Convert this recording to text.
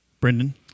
Brendan